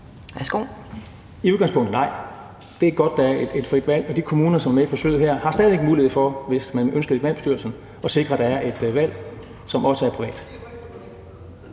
I udgangspunktet er svaret nej. Det er godt, at der er et frit valg, og de kommuner, som er med i forsøget her, har stadig væk mulighed for, hvis man ønsker det i kommunalbestyrelserne, at sikre, at der er et valg, som også er privat.